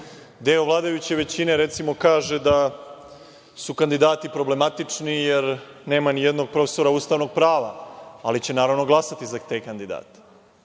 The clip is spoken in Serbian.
Deo vladajuće većine, recimo, kaže da su kandidati problematični, jer nema nijednog profesora ustavnog prava, ali će naravno glasati za te kandidate.